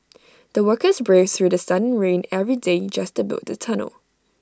the workers braved through sun and rain every day just to build the tunnel